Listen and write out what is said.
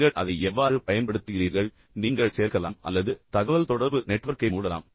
நீங்கள் அதை எவ்வாறு பயன்படுத்துகிறீர்கள் நீங்கள் சேர்க்கலாம் அல்லது தகவல்தொடர்பு நெட்வொர்க்கை மூடலாம்